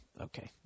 Okay